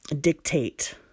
dictate